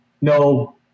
no